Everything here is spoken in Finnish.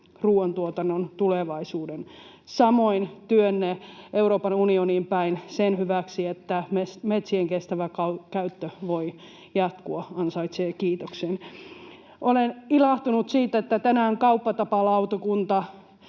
ruoantuotannon tulevaisuuden. Samoin työnne Euroopan unioniin päin sen hyväksi, että metsien kestävä käyttö voi jatkua, ansaitsee kiitoksen. Olen ilahtunut siitä, että tänään kauppatapalautakunta